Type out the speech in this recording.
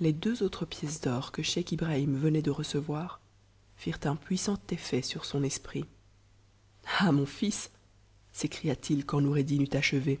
les deux autres pièces d'or que scheich ibrahim venait de recevoir firent un puissant effet sur son esprit ah mon fils s'écria-t-il quand noureddin eut achevé